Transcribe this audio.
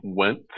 went